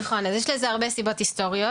נכון, ויש לזה הרבה סיבות היסטוריות.